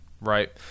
right